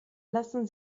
lassen